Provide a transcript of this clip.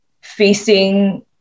facing